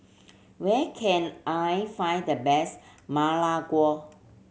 where can I find the best Ma Lai Gao